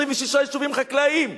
26 יישובים חקלאיים,